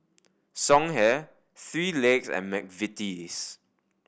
Songhe Three Legs and McVitie's